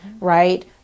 right